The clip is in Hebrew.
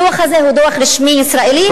הדוח הזה הוא דוח רשמי ישראלי,